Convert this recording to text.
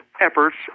efforts